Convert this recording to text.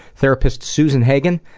therapist susan hagen.